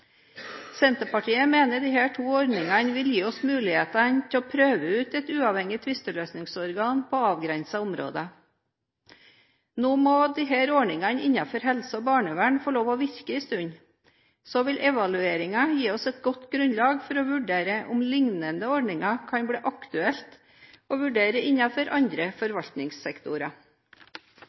Senterpartiet mener at disse to ordningene vil gi oss mulighet til å prøve ut et uavhengig tvisteløsningsorgan på avgrensede områder. Nå må disse ordningene innenfor helse og barnevern få lov til å virke en stund, og så vil evalueringen gi oss et godt grunnlag for å vurdere om det kan bli aktuelt å vurdere lignende ordninger innenfor andre forvaltningssektorer.